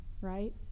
right